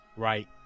right